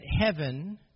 heaven